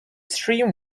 steam